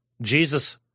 Jesus